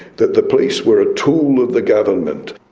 that the police were a tool of the government.